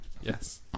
Yes